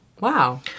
Wow